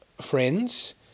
friends